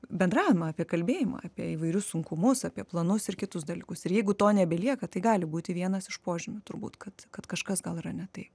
bendravimą apie kalbėjimą apie įvairius sunkumus apie planus ir kitus dalykus ir jeigu to nebelieka tai gali būti vienas iš požymių turbūt kad kad kažkas gal yra ne taip